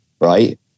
right